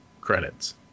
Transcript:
credits